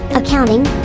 accounting